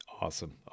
awesome